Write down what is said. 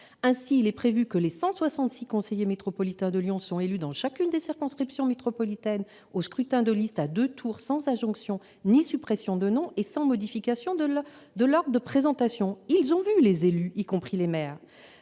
Ainsi, il est prévu que les 166 " conseillers métropolitains de Lyon sont élus dans chacune des circonscriptions métropolitaines au scrutin de liste à deux tours sans adjonction ni suppression de noms et sans modification de l'ordre de présentation. "» Ils ont rencontré les élus, y compris les maires,